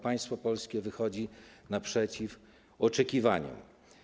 Państwo polskie wychodzi naprzeciw oczekiwaniom.